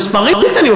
מספרים קטנים,